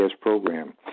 program